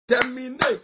terminate